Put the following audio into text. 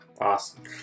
Awesome